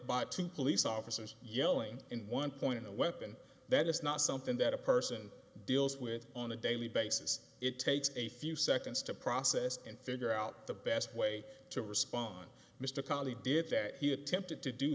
by two police officers yelling in one point in a weapon that is not something that a person deals with on a daily basis it takes a few seconds to process and figure out the best way to respond mr connerly did that he attempted to do